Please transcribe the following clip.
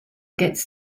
gets